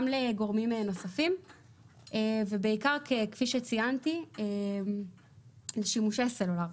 לגורמים נוספים ובעיקר כפי שציינתי לשימושי הסלולר.